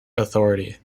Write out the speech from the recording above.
authority